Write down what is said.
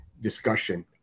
discussion